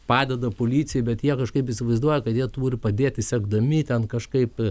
padeda policijai bet jie kažkaip įsivaizduoja kad jie turi padėti sekdami ten kažkaip